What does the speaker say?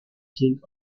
taking